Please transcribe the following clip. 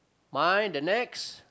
mine the next